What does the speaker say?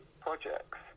projects